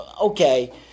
okay